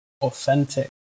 authentic